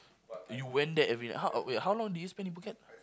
you went there every night how wait how long did you spend in Phuket